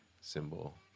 symbol